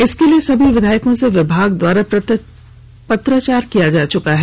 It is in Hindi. इसके लिए सभी विधायकों से विभाग द्वारा पत्राचार किया जा चुका है